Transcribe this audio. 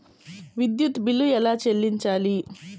విద్యుత్ బిల్ ఎలా చెల్లించాలి?